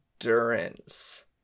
endurance